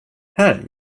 här